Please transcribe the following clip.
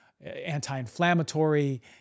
Anti-inflammatory